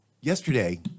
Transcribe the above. Yesterday